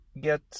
get